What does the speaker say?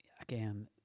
again